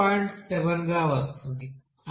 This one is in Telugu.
7 గా వస్తుంది